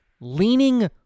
leaning